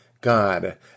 God